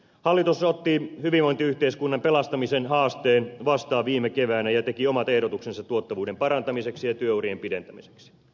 hallitus otti hyvinvointiyhteiskunnan pelastamisen haasteen vastaan viime keväänä ja teki omat ehdotuksensa tuottavuuden parantamiseksi ja työurien pidentämiseksi